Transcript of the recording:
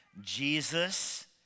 Jesus